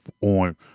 On